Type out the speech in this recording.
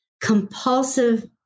compulsive